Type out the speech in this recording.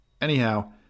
anyhow